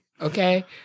Okay